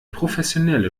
professionelle